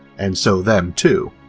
and so them too.